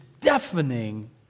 deafening